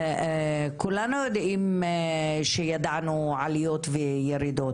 כולנו יודעים שידענו עליות וירידות,